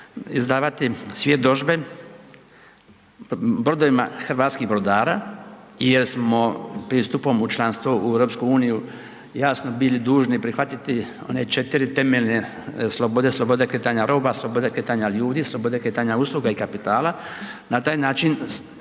izdavati svjedodžbe brodovima hrvatskih brodara jer smo pristupom u članstvo u EU, jasno, bili dužni prihvatiti one 4 temeljne slobode, slobode kretanja roba, slobode kretanja ljudi, slobode kretanja usluga i kapitala. Na taj način i